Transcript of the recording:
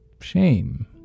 shame